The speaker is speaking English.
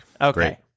Okay